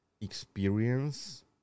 experience